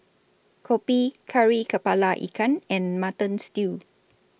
Kopi Kari Kepala Ikan and Mutton Stew